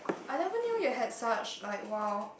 I never knew you had such like !wow!